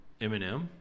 Eminem